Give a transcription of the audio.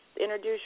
Introduce